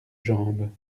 jambe